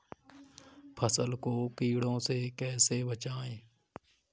फसल को कीड़ों से कैसे बचाएँ?